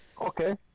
Okay